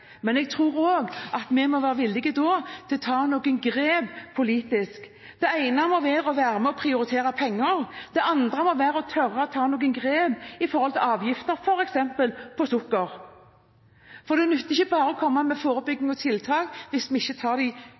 Men jeg tror også at vi da må være villige til å ta noen politiske grep. Det ene må være å prioritere penger, det andre må være å tørre å ta noen grep når det gjelder avgifter, f.eks. på sukker. For det nytter ikke bare å komme med forebyggende tiltak hvis vi ikke også tar de